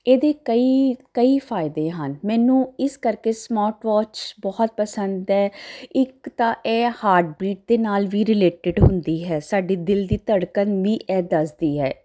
ਇਹਦੇ ਕਈ ਕਈ ਫਾਇਦੇ ਹਨ ਮੈਨੂੰ ਇਸ ਕਰਕੇ ਸਮਾਰਟ ਵਾਚ ਬਹੁਤ ਪਸੰਦ ਹੈ ਇੱਕ ਤਾਂ ਇਹ ਹਾਰਟਬੀਟ ਦੇ ਨਾਲ ਵੀ ਰਿਲੇਟਡ ਹੁੰਦੀ ਹੈ ਸਾਡੇ ਦਿਲ ਦੀ ਧੜਕਨ ਵੀ ਇਹ ਦੱਸਦੀ ਹੈ